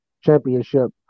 Championship